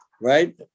Right